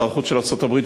שר החוץ של ארצות-הברית,